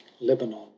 lebanon